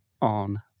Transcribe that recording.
on